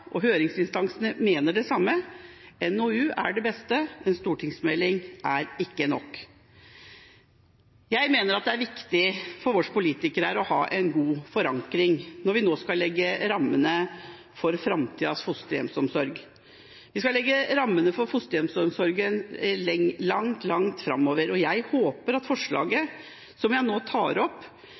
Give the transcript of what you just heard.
og høringsinstansene mener det samme: En NOU er det beste, en stortingsmelding er ikke nok. Jeg mener at det er viktig for oss politikere å ha en god forankring når vi nå skal legge rammene for framtidas fosterhjemsomsorg. Vi skal legge rammene for fosterhjemsomsorgen langt, langt framover. Jeg håper at forslaget – som jeg nå tar opp